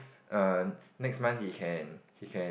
err next month he can he can